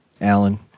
Alan